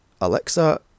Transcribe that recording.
alexa